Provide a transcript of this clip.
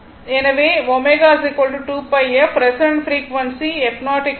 எனவே ω2 pi f resonant frequency ஆகும்